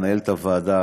מנהלת הוועדה,